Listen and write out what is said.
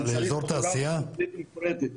אבל צריך תוכנית מפורטת.